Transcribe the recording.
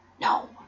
no